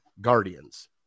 Guardians